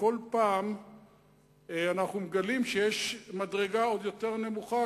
שבכל פעם אנחנו מגלים שיש מדרגה עוד יותר נמוכה,